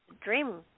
dream